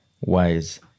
wise